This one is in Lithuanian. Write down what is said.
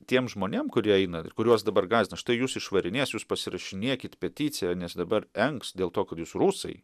tiem žmonėm kurie eina ir kuriuos dabar gąsdina štai jus išvarinės jūs pasirašinėkit peticiją nes dabar engs dėl to kad jūs rusai